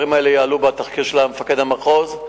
והדברים האלה יעלו בתחקיר של מפקד המחוז.